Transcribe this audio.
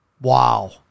Wow